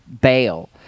bail